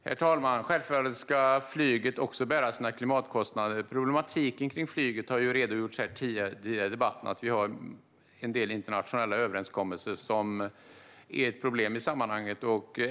Herr talman! Självklart ska även flyget bära sina klimatkostnader. Problematiken kring flyget har det redogjorts för tidigare i debatten. Vi har en del internationella överenskommelser som är ett problem i sammanhanget.